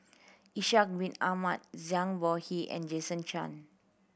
Ishak Bin Ahmad Zhang Bohe and Jason Chan